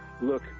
look